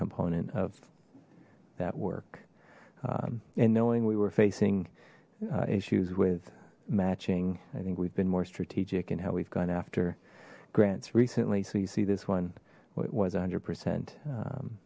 component of that work and knowing we were facing issues with matching i think we've been more strategic in how we've gone after grants recently so you see this one was a hundred percent